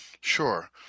Sure